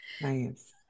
nice